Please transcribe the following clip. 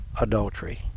adultery